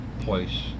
place